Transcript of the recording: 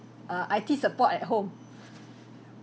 uh I_T support at home